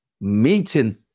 meeting